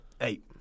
Eight